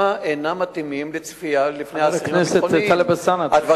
אינם מתאימים לצפייה של האסירים הביטחוניים.